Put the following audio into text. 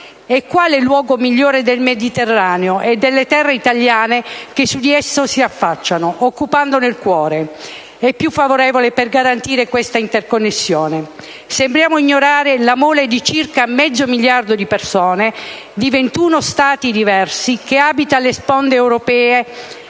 E quale luogo migliore del Mediterraneo e delle terre italiane che su di esso si affacciano, occupandone il cuore, è più favorevole per garantire questa interconnessione? Sembriamo ignorare la mole di circa mezzo miliardo di persone, di 21 Stati diversi, che abitano le sponde europee,